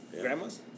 Grandma's